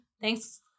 Thanks